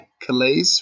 Calais